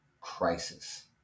crisis